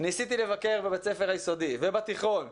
ניסיתי לבקר בבית הספר היסודי ובתיכון,